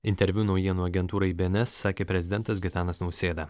interviu naujienų agentūrai bns sakė prezidentas gitanas nausėda